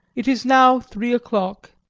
it is now three o'clock.